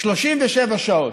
37 שעות.